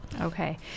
Okay